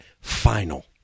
Final